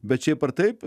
bet šiaip ar taip